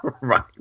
Right